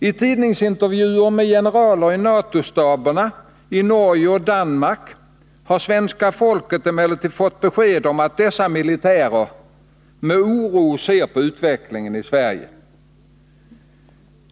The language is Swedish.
I tidningsintervjuer med generaler i Natostaberna i Norge och Danmark har svenska folket emellertid fått besked om att dessa militärer med oro ser på utvecklingen i Sverige.